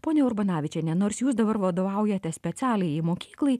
ponia urbonavičiene nors jūs dabar vadovaujate specialiajai mokyklai